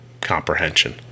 comprehension